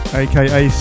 aka